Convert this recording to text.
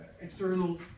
external